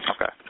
Okay